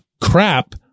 crap